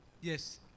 Yes